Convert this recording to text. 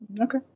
Okay